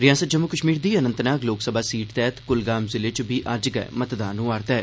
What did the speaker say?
रिआसत जम्मू कश्मीर दी अनंतनाग लोक सभा सीट तैह्त कुलगाम जिले च बी अज्ज गै मतदान होआ'रदा ऐ